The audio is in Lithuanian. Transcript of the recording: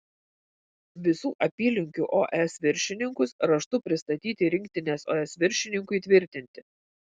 visus apylinkių os viršininkus raštu pristatyti rinktinės os viršininkui tvirtinti